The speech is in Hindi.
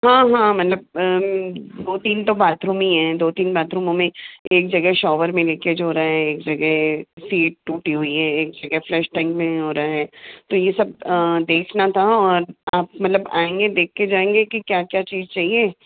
हाँ हाँ मतलब दो तीन तो बाथरूम ही है दो तीन बाथरूमों में एक जगह शावर में लीकेज हो रहा है एक जगह सीट टूटी हुई है एक जगह फ्लश टैंक नहीं हो रहा है तो ये सब देखना था और आप मतलब आप आएंगे देखे जाएंगे कि क्या क्या चीज़ चाहिए